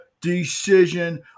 decision